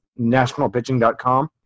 nationalpitching.com